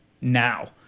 now